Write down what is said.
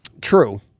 True